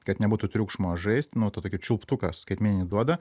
kad nebūtų triukšmo žaist nu tą tokį čiulptuką skaitmeninį duoda